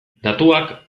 datuak